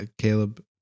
Caleb